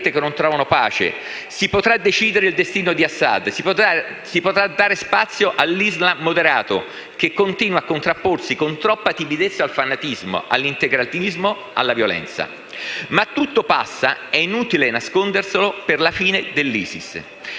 che non trovano pace; si potrà decidere il destino di Assad, si potrà dare spazio all'Islam moderato, che continua a contrapporsi con troppa timidezza al fanatismo, all'integralismo, alla violenza. Ma tutto passa - è inutile nasconderselo - per la fine dell'ISIS,